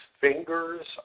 fingers